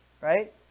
right